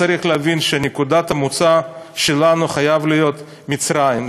צריך להבין שנקודת המוצא שלנו חייבת להיות מצרים.